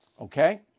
Okay